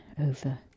over